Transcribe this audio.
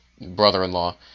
brother-in-law